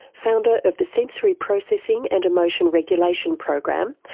founder of the sensory processing and emotion regulation program,